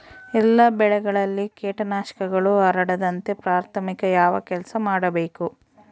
ಎಲ್ಲ ಬೆಳೆಗಳಿಗೆ ಕೇಟನಾಶಕಗಳು ಹರಡದಂತೆ ಪ್ರಾಥಮಿಕ ಯಾವ ಕೆಲಸ ಮಾಡಬೇಕು?